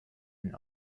den